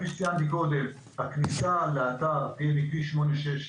כפי שציינתי קודם, הכניסה לאתר תהיה מכביש 866,